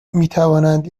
میتوانند